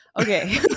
Okay